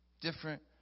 Different